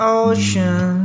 ocean